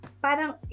parang